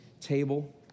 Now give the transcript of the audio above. table